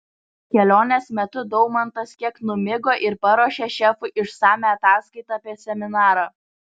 kelionės metu daumantas kiek numigo ir paruošė šefui išsamią ataskaitą apie seminarą